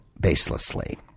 baselessly